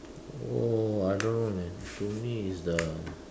!wow! I don't know man to me is the